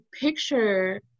picture